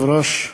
אדוני היושב-ראש,